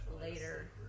later